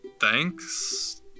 thanks